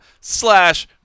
slash